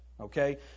okay